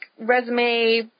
resume